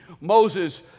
Moses